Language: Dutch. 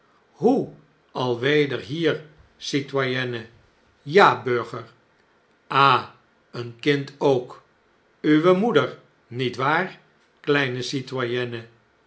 hoe alweder hier citoyenne ja burger ah een kind ook uwe moeder niet waar